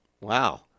Wow